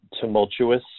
tumultuous